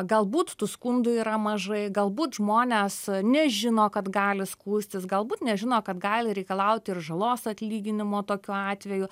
galbūt tų skundų yra mažai galbūt žmonės nežino kad gali skųstis galbūt nežino kad gali reikalauti ir žalos atlyginimo tokiu atveju